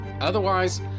Otherwise